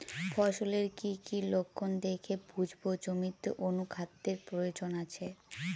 ফসলের কি কি লক্ষণ দেখে বুঝব জমিতে অনুখাদ্যের প্রয়োজন আছে?